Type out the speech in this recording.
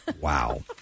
Wow